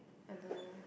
I don't know